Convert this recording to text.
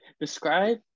describe